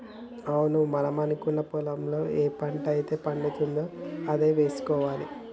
అవును మనకున్న పొలంలో ఏ పంట అయితే పండుతుందో అదే వేసుకోవాలి